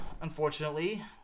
unfortunately